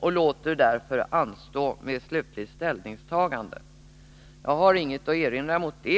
och låter därför anstå med slutligt ställningstagande. Jag har inget att erinra mot detta.